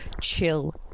chill